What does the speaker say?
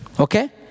Okay